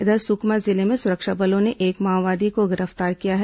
इधर सुकमा जिले में सुरक्षा बलों ने एक माओवादी को गिरफ्तार किया है